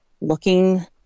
looking